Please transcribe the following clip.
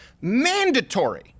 mandatory